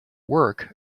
work